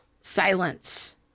Silence